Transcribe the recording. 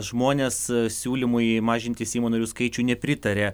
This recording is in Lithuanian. žmonės siūlymui mažinti seimo narių skaičių nepritarė